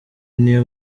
niyo